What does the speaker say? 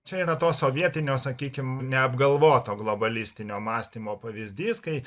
čia yra to sovietinio sakykim neapgalvoto globalistinio mąstymo pavyzdys kai